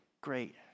great